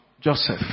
Joseph